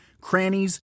crannies